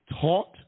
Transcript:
taught